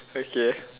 okay